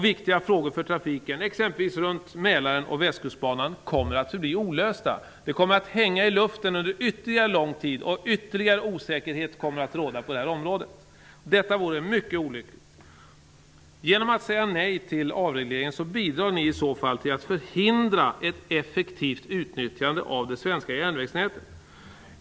Viktiga frågor för trafiken, t.ex. runt Mälaren och Västkustbanan, kommer att förbli olösta. De kommer att hänga i luften under ytterligare lång tid, och ytterligare osäkerhet kommer att råda på detta område. Det vore mycket olyckligt. De som röstar mot en avreglering bidrar till att förhindra ett effektivt utnyttjande av det svenska järnvägsnätet.